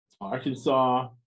arkansas